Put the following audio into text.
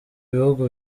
bihugu